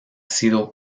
sido